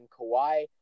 Kawhi